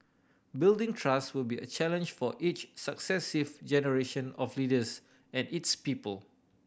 building trust would be a challenge for each successive generation of leaders and its people